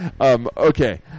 Okay